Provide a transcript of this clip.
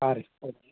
ಹಾಂ ರಿ ಆಯ್ತು